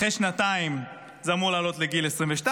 אחרי שנתיים זה אמור לעלות לגיל 22,